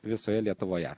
visoje lietuvoje